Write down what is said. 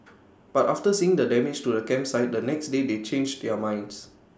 but after seeing the damage to the campsite the next day they changed their minds